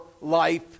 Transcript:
life